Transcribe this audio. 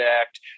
Act